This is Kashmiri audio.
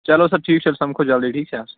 چلو سر ٹھیٖک چھُ حظ سَمکھو جَلدی ٹھیٖک چھا